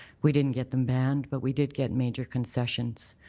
we didn't get them banned but we did get major concessions.